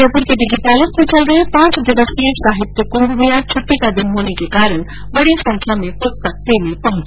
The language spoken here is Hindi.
जयपुर के डिगी पैलेस में चल रहे पांच दिवसीय साहित्य कुंभ में आज छुट्टी का दिन होने के कारण बड़ी संख्या में पुस्तक प्रेमी शामिल हुए